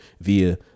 via